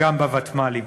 גם בוותמ"לים.